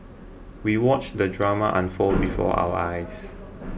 we watched the drama unfold before our eyes